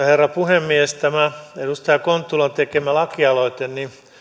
herra puhemies tämä edustaja kontulan tekemä lakialoite